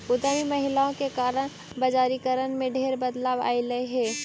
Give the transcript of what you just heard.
उद्यमी महिलाओं के कारण बजारिकरण में ढेर बदलाव अयलई हे